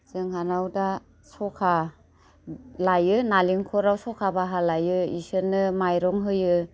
जोंहानाव दा सखा लायो नारेंखलाव सखा बाहा लायो बिसोरनो माइरं होयो